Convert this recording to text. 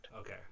okay